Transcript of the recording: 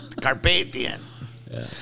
Carpathian